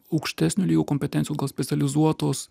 aukštesnio lygio kompetencijos gal specializuotos